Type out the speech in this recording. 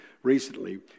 recently